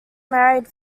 married